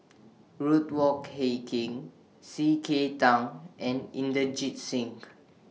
Ruth Wong Hie King C K Tang and Inderjit Singh